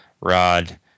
Rod